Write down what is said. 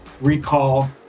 recall